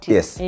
Yes